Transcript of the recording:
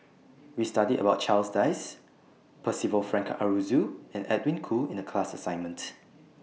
We studied about Charles Dyce Percival Frank Aroozoo and Edwin Koo in The class assignment